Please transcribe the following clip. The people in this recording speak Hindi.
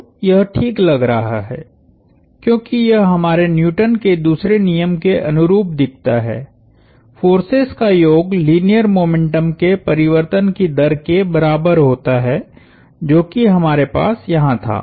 तो यह ठीक लग रहा है क्योंकि यह हमारे न्यूटन के दूसरे नियम के अनुरूप दिखता है फोर्सेस का योग लीनियर मोमेंटम के परिवर्तन की दर के बराबर होता है जो कि हमारे पास यहां था